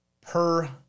per-